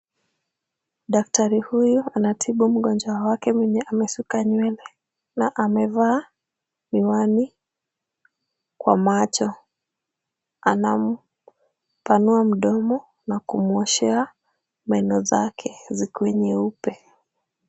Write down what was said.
Daktari huyu anatibu mgonjwa wake mwenye ameshika nywele na amevaa miwani kwa macho. Anampanua mdomo na kumwoshea meno zake zikuwe nyeupe.